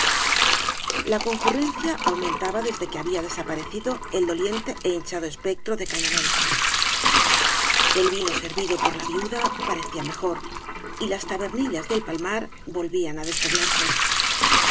la concurrencia aumentaba deede que había desaparecido el doliente é hinchado espectro de oaas y barro cañamél el vino servido por la viuda parecía mejor y las tabernillas del palmar volvían á despoblarse